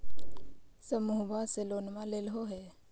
समुहवा से लोनवा लेलहो हे?